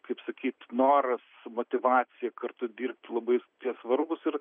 kaip sakyt noras motyvacija kartu dirbtilabai tie svarbūs ir